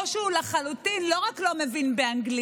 או שהוא לחלוטין לא רק לא מבין באנגלית,